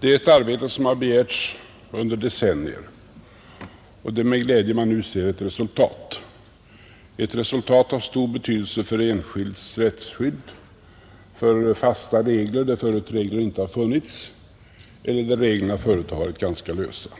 Det är ett arbete som har begärts under decennier, och det är med glädje man nu ser ett resultat, som är av stor betydelse för enskilds rättsskydd och som ger fasta regler, där regler förut inte funnits eller där reglerna varit ganska lösa.